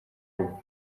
rugo